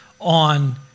on